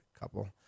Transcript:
couple